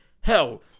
Hell